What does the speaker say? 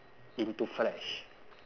into fresh